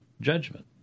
judgment